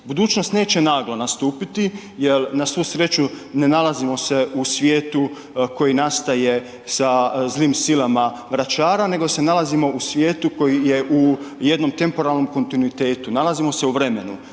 Budućnost neće naglo nastupiti jer na svu sreću ne nalazimo se u svijetu koji nastaje sa zlim silama vračara, nego se nalazimo u svijetu koji je u jednom temporalnom kontinuitetu, nalazimo se u vremenu.